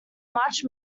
much